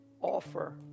offer